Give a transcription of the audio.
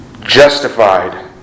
justified